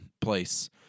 place